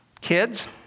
kids